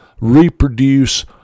reproduce